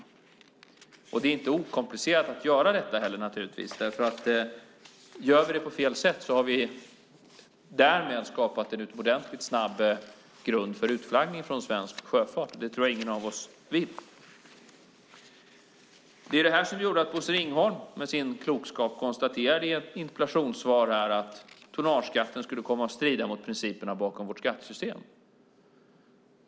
Det är naturligtvis inte okomplicerat att göra detta, för om vi gör det på fel sätt har vi därmed skapat en utomordentligt snabb grund för utflaggning av svenska fartyg, och det tror jag ingen av oss vill. Det var anledningen till att Bosse Ringholm i sin klokskap konstaterade i ett interpellationssvar att tonnageskatten skulle komma att strida mot principerna bakom vårt skattesystem.